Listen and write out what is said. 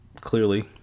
clearly